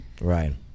Right